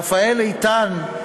רפאל איתן,